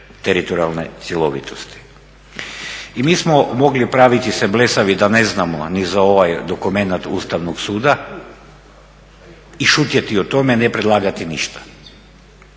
teritorijalne cjelovitosti. I mi smo mogli praviti se blesavi da ne znamo ni za ovaj dokument Ustavnog suda i šutjeti o tome, ne predlagati ništa.